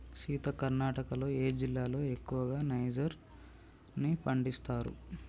సీత కర్ణాటకలో ఏ జిల్లాలో ఎక్కువగా నైజర్ ని పండిస్తారు